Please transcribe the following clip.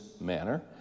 manner